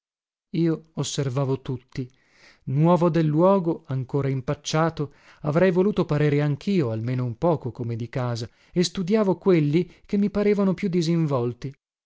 io osservavo tutti nuovo del luogo ancora impacciato avrei voluto parere anchio almeno un poco come di casa e studiavo quelli che mi parevano più disinvolti